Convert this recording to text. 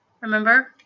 Remember